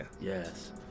yes